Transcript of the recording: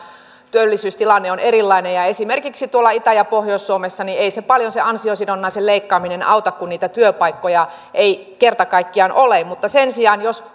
työllisyystilanne on erilainen ja esimerkiksi tuolla itä ja pohjois suomessa ei paljon se ansiosidonnaisen leikkaaminen auta kun niitä työpaikkoja ei kerta kaikkiaan ole mutta sen sijaan jos